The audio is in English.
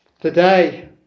today